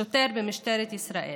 שוטר במשטרת ישראל.